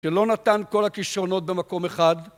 שלא נתן כל הכישרונות במקום אחד.